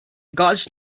gauge